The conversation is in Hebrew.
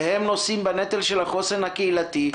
והם נושאים בנטל של החוסן הקהילתי.